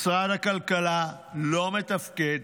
משרד הכלכלה לא מתפקד,